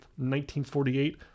1948